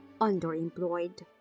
underemployed